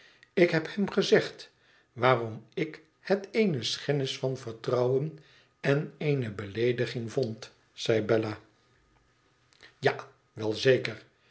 ik heb hem gezegd waarom ik het eene schennis van vertrouwen en eene beleediging vond zei bella ja wel zeker